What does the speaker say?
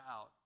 out